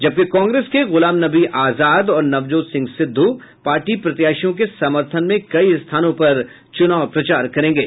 जबकि कांग्रेस के गुलाम नबी आजाद और नवजोत सिंह सिद्धू पार्टी प्रत्याशियों के समर्थन में कई स्थानों पर चुनाव प्रचार करेंगे